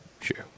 sure